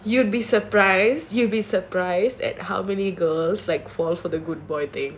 you'd be surprised you'll be surprised at how girls like fall for the good boy thing